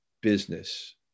business